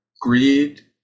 greed